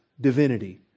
divinity